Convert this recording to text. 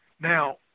Now